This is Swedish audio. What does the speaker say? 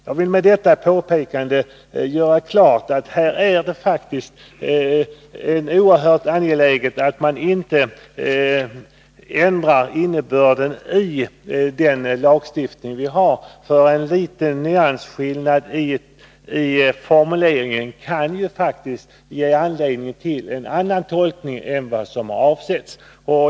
Jag vill med detta påpekande göra klart att det är oerhört angeläget att man inte ändrar innebörden i den lagstiftning som nu gäller. En liten nyansskillnad i formuleringen kan faktiskt ge anledning till en annan tolkning än vad som har avsetts.